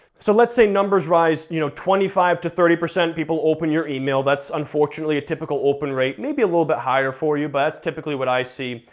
so let's say numbers rise you know twenty five to thirty, people open your email, that's unfortunately a typical open rate, maybe a little bit higher for you, but that's typically what i see,